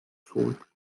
sold